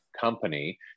company